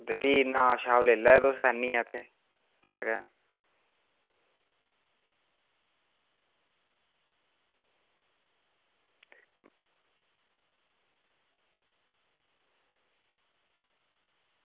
ते फ्ही नाप लेई लैयो तुस आह्नियै जगह